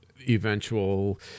eventual